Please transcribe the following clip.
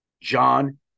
John